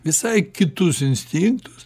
visai kitus instinktus